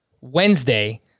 Wednesday